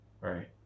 Right